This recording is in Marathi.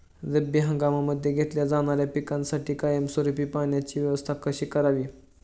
रब्बी हंगामामध्ये घेतल्या जाणाऱ्या पिकांसाठी कायमस्वरूपी पाण्याची व्यवस्था कशी करावी?